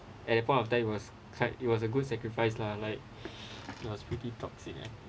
at that point of time it was quite it was a good sacrifice lah like it was pretty toxic and